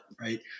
right